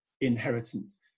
inheritance